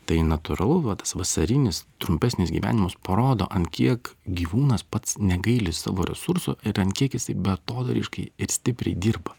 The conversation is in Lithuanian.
tai natūralu va tas vasarinis trumpesnis gyvenimas parodo ant kiek gyvūnas pats negaili savo resursų ir kiek jisai beatodairiškai ir stipriai dirba